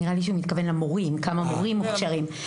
נראה לי שהוא מתכוון למורים, לכמה מורים מוכשרים.